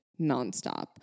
nonstop